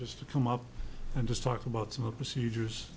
just to come up and just talk about small procedures